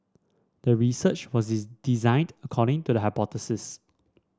the research was designed according to the hypothesis